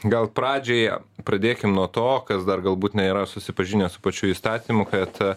gal pradžioje pradėkim nuo to kas dar galbūt nėra susipažinę su pačiu įstatymu kad